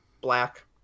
Black